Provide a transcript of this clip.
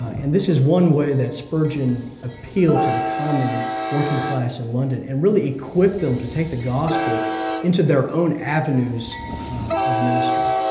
and this is one way that spurgeon appealed to the common working class in london, and really equipped them to take the gospel into their own avenues of ministry.